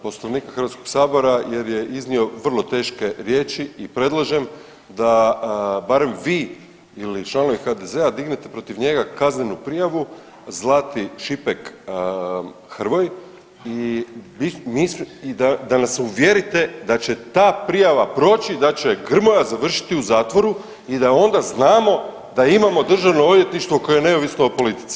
Poslovnika Hrvatskog sabora jer je iznio vrlo teške riječi i predlažem da barem vi ili članovi HDZ-a dignete protiv njega kaznenu prijavu Zlati Šipek Hrvoj i da nas uvjerite da će ta prijava proći i da će Grmoja završiti u zatvoru i da onda znamo da imamo državno odvjetništvo koje je neovisno o politici.